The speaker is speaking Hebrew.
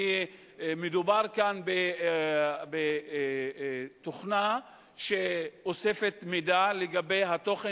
מדובר כאן בתוכנה שאוספת מידע לגבי התוכן